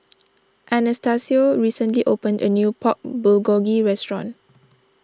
Anastacio recently opened a new Pork Bulgogi restaurant